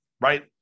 right